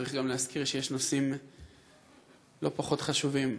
צריך גם להזכיר שיש נושאים לא פחות חשובים.